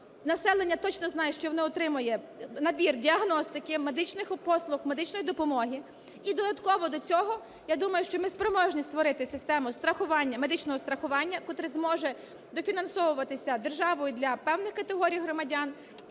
населення точно знає, що воно отримає набір діагностики, медичних послуг, медичної допомоги. І додатково до цього я думаю, що ми спроможні створити систему страхування, медичного страхування, котра зможе дофінансовуватися державою для певних категорій громадян